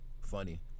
funny